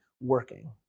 working